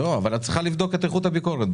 את צריכה לבדוק את איכות הביקורת.